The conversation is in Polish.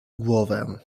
głowę